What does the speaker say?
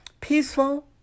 peaceful